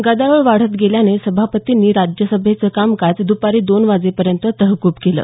गदारोळ वाढत गेल्यानं सभापतींनी राज्यसभेचं कामकाज द्रपारी दोन वाजेपर्यंत तहकूब केलं